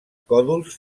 còdols